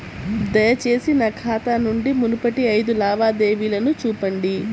దయచేసి నా ఖాతా నుండి మునుపటి ఐదు లావాదేవీలను చూపండి